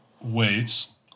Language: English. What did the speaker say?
Weights